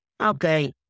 Okay